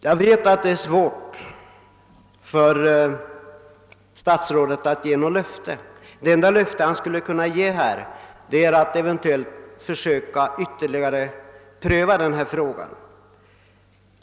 Jag vet att det är svårt för statsrådet att nu lämna något besked; det enda han skulle kunna göra är att ge ett löfte att eventuellt ytterligare pröva denna fråga.